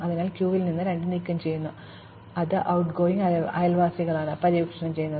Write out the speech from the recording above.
അതിനാൽ ഞാൻ ക്യൂവിൽ നിന്ന് 2 നീക്കംചെയ്യുന്നു അത് going ട്ട്ഗോയിംഗ് അയൽവാസികളാണെന്ന് ഞങ്ങൾ പര്യവേക്ഷണം ചെയ്യുന്നു